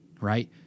right